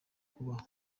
kubaho